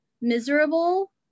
miserable